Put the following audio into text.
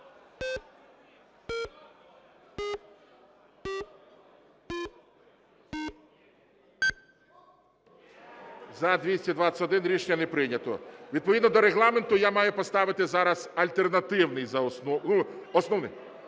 За-221 Рішення не прийнято. Відповідно до Регламенту я маю поставити зараз альтернативний… Основний.